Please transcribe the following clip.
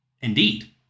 Indeed